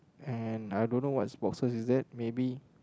and I don't know what's boxes is that maybe